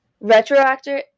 Retroactive